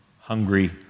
hungry